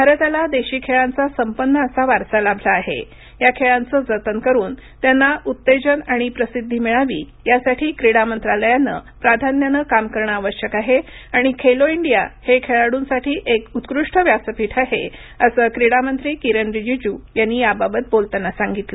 भारताला देशी खेळांचा संपन्न असा वारसा लाभला आहे या खेळांच जतन करून त्यांना उत्तेजन आणि प्रसिद्धी मिळावी यासाठी क्रीडा मंत्रालायानं प्राधान्यानं काम करणं आवश्यक आहे आणि खेलो इंडिया हे खेळाडूंसाठी एक उत्कृष्ट व्यासपीठ आहे असं क्रीडामंत्री किरेन रीजिजू यांनी याबाबत बोलताना सांगितलं